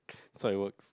so it works